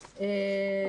לכולם,